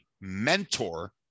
mentor